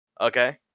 Okay